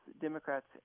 Democrats